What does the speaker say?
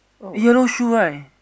yellow shoe right